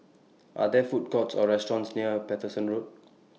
Are There Food Courts Or restaurants near Paterson Road